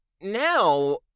now